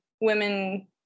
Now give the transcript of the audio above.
women